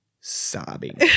sobbing